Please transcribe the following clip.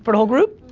but whole group?